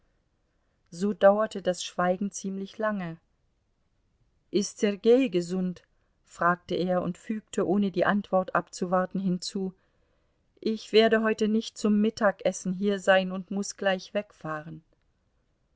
so dauerte das schweigen ziemlich lange ist sergei gesund fragte er und fügte ohne die antwort abzuwarten hinzu ich werde heute nicht zum mittagessen hier sein und muß gleich wegfahren